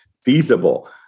feasible